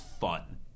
fun